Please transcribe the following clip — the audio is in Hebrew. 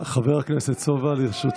אבי מעוז התפטר.